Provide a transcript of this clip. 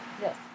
Yes